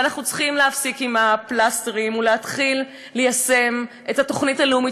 ואנחנו צריכים להפסיק עם הפלסטרים ולהתחיל ליישם את התוכנית הלאומית,